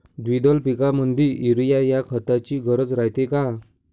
द्विदल पिकामंदी युरीया या खताची गरज रायते का?